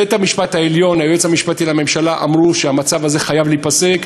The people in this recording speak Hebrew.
בית-המשפט העליון והיועץ המשפטי לממשלה אמרו שהמצב הזה חייב להיפסק,